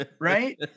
right